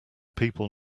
people